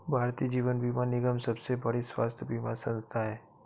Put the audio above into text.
भारतीय जीवन बीमा निगम सबसे बड़ी स्वास्थ्य बीमा संथा है